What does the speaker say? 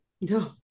no